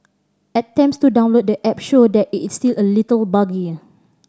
attempts to download the app show that it's still a little buggy